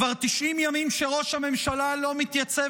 כבר 90 ימים שראש הממשלה לא מתייצב